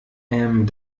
ähm